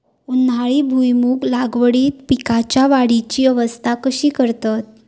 उन्हाळी भुईमूग लागवडीत पीकांच्या वाढीची अवस्था कशी करतत?